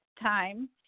time